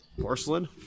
Porcelain